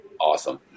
awesome